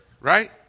right